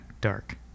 dark